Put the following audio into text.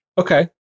Okay